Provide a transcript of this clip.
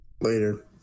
Later